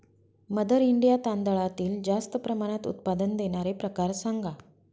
mother India तांदळातील जास्त प्रमाणात उत्पादन देणारे प्रकार सांगा